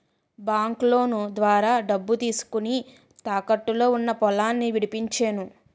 బాంకులోను ద్వారా డబ్బు తీసుకొని, తాకట్టులో ఉన్న పొలాన్ని విడిపించేను